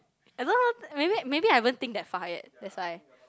I don't know maybe maybe I haven't think that far yet that's why